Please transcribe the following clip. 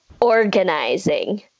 organizing